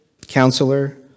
Counselor